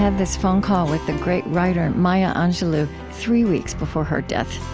um this phone call with the great writer maya angelou three weeks before her death